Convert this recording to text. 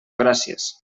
gràcies